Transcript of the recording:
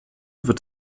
wird